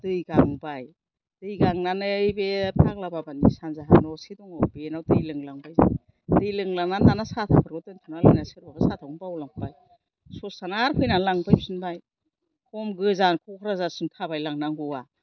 दै गांबाय दै गांनानै बे पाग्ला बाबानि सानजाहा नसे दङ बेनाव दै लोंलांबाय जोङो दै लोंलांनानै दाना साथाफोरखौ दोनथ'नानै सोरबाबा साथाखौनो बावलांबाय ससे थांनानै आरो फैनानै लांफैफिनबाय खम गोजान क'क्रझारसिम थाबायलांनांगौआ